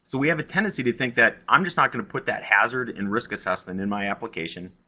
so we have a tendency to think that, i'm just not gonna put that hazard and risk assessment in my application,